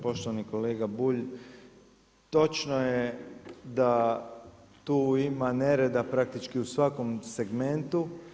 Poštovani kolega Bulj, točno je da tu ima nereda praktički u svakom segmentu.